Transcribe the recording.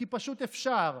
כי פשוט אפשר,